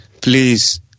please